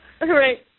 Right